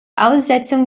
aussetzung